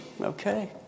Okay